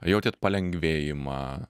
jautėt palengvėjimą